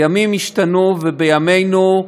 הימים השתנו, ובימינו,